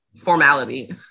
formality